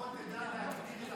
לפחות תדע להגדיר את